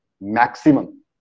maximum